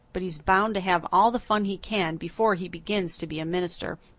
but he's bound to have all the fun he can before he begins to be a minister,